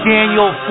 Daniel